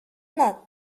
not